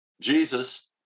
Jesus